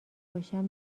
باشم